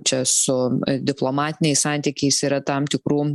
čia su diplomatiniais santykiais yra tam tikrų